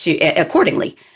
accordingly